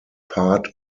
part